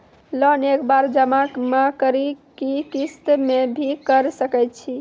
Loan एक बार जमा म करि कि किस्त मे भी करऽ सके छि?